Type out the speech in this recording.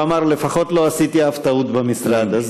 הוא אמר: לפחות לא עשיתי אף טעות במשרד.